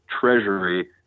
Treasury